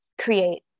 create